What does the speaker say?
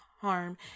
harm